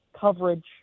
coverage